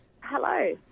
Hello